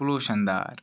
pollution دار